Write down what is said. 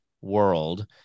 world